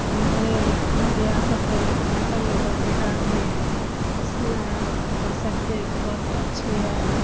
ہمارے ریاست نقل و بہار میں بہت سڑکیں بہت اچھی ہے